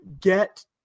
get